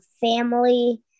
family